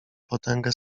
potęgę